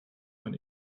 man